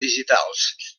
digitals